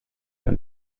jahr